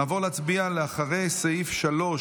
נעבור להצביע לאחרי סעיף 3,